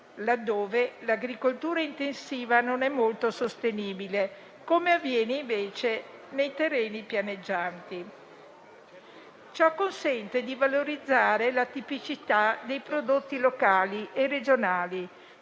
laddove l'agricoltura intensiva non è molto sostenibile, come avviene, invece, nei terreni pianeggianti. Ciò consente di valorizzare la tipicità dei prodotti locali e regionali,